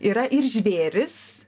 yra ir žvėrys